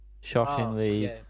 shockingly